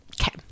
Okay